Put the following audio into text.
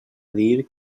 dir